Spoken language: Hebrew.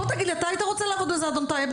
בוא תגיד לי, אתה היית רוצה לעבוד בזה, אדון טייב?